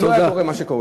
לא היה קורה מה שקורה.